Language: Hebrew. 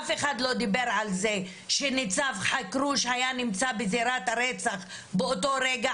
אף אחד לא דיבר על זה שניצב חכרוש היה נמצא בזירת הרצח באותו רגע,